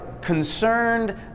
concerned